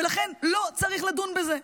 ולכן לא צריך לדון בזה.